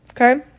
okay